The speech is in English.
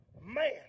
Man